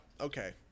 Okay